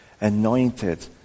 anointed